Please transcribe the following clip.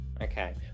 Okay